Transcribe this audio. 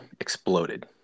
exploded